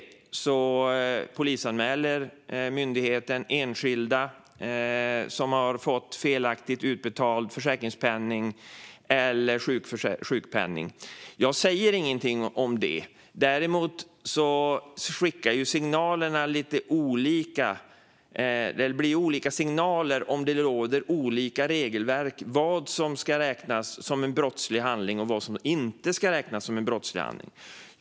Trots det polisanmäler myndigheten enskilda som har fått felaktigt utbetald försäkringspenning eller sjukpenning. Jag säger ingenting om det. Däremot skickar det lite olika signaler om att det råder olika regelverk och om vad som ska räknas som en brottslig handling och vad som inte ska räknas som det.